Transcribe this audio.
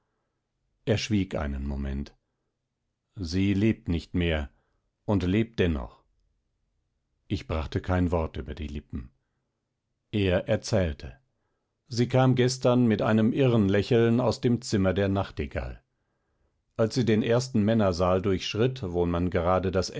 er schwieg einen moment sie lebt nicht mehr und lebt dennoch ich brachte kein wort über die lippen er erzählte sie kam gestern mit einem irren lächeln aus dem zimmer der nachtigall als sie den ersten männersaal durchschritt wo man gerade das